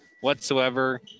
whatsoever